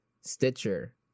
Stitcher